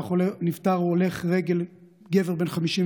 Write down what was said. נפטר הולך רגל, גבר בן 55,